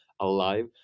alive